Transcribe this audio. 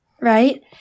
right